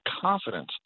confidence –